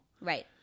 right